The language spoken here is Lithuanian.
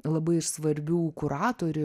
labai svarbių kuratorių